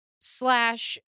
Slash